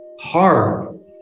hard